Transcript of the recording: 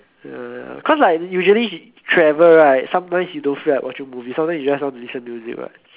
ya ya cause like usually travel right sometimes you don't feel like watching movie sometimes you just want listen to music what